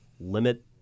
limit